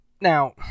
now